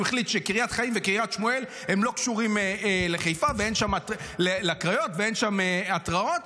הוא החליט שקריית חיים וקריית שמואל לא קשורות לקריות ואין שם התראות,